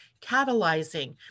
catalyzing